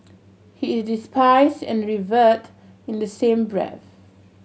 he is despised and revered in the same breath